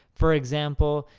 for example,